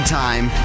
time